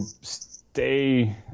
stay